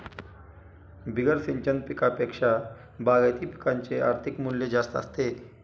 बिगर सिंचन पिकांपेक्षा बागायती पिकांचे आर्थिक मूल्य जास्त असते